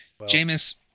Jameis